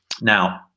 Now